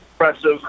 impressive